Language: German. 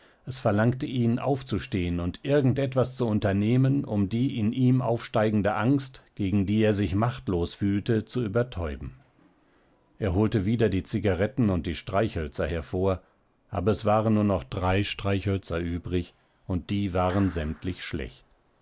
es verlangte ihn aufzustehen und irgend etwas zu unternehmen um die in ihm aufsteigende angst gegen die er sich machtlos fühlte zu übertäuben er holte wieder die zigaretten und die streichhölzer hervor aber es waren nur noch drei streichhölzer übrig und die waren sämtlich schlecht